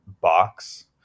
box